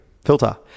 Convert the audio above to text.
filter